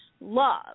love